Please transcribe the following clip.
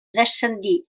descendir